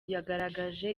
yagerageje